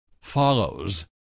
follows